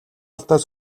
алдаад